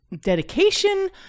dedication